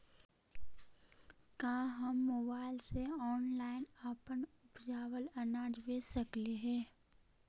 का हम मोबाईल से ऑनलाइन अपन उपजावल अनाज बेच सकली हे?